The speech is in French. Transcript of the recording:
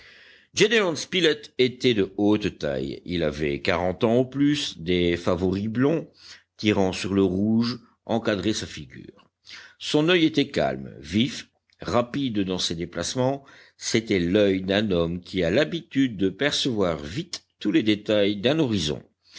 spilett était de haute taille il avait quarante ans au plus des favoris blonds tirant sur le rouge encadraient sa figure son oeil était calme vif rapide dans ses déplacements c'était l'oeil d'un homme qui a l'habitude de percevoir vite tous les détails d'un horizon